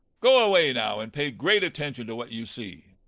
go away now, and pay great attention to what you see.